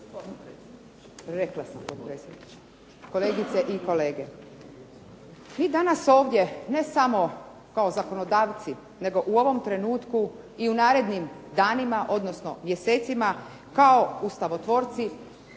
gospodine potpredsjedniče, kolegice i kolege. Mi danas ovdje ne samo kao zakonodavci, nego u ovom trenutku i u narednim danima, odnosno mjesecima kao ustavotvorci